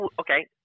Okay